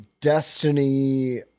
Destiny